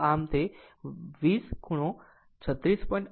આમ તે 20 ખૂણો 36